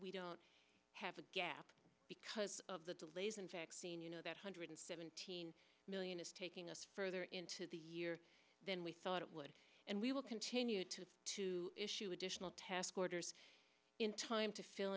we don't have a gap because of the delays in vaccine you know that hundred seventeen million is taking us further into the year than we thought it would and we will continue to to issue additional task orders in time to fill